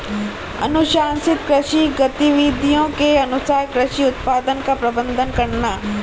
अनुशंसित कृषि गतिविधियों के अनुसार कृषि उत्पादन का प्रबंधन करना